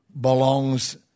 belongs